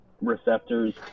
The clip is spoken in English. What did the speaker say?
receptors